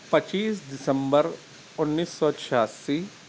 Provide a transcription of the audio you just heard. پچیس دسمبر انّیس سو چھیاسی